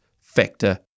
factor